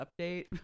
update